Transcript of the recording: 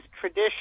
tradition